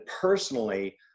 personally